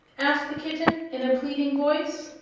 asked the kitten, in a pleading voice.